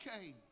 came